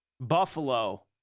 Buffalo